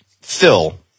Phil